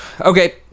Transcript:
Okay